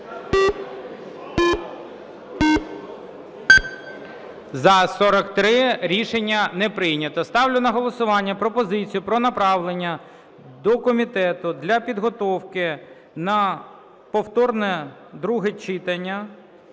За-43 Рішення не прийнято. Ставлю на голосування пропозицію про направлення до комітету для підготовки на повторне друге читання